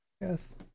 Yes